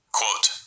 Quote